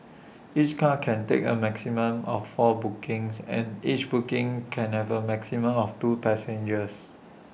each car can take A maximum of four bookings and each booking can have A maximum of two passengers